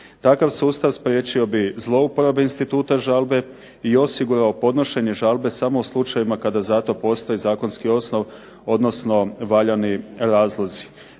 Takav sustav spriječio bi zloupotrebu instituta žalbe i osigurao podnošenje žalbe samo u slučajevima kada zato postoji zakonski osnov odnosno valjani razlozi.